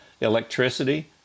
electricity